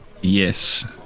Yes